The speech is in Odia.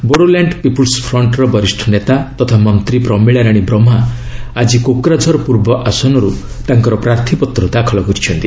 ବୋଡୋଲ୍ୟାଣ୍ଡ୍ ପିପୁଲ୍ ଫ୍ରିଣ୍ଟର ବରିଷ ନେତା ତଥା ମନ୍ତ୍ରୀ ପ୍ରମିଳା ରାଣୀ ବ୍ରହ୍ମା ଆଜି କୋକ୍ରାଝର ପୂର୍ବ ଆସନରୁ ତାଙ୍କର ପ୍ରାର୍ଥୀପତ୍ର ଦାଖଲ କରିଛନ୍ତି